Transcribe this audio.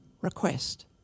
request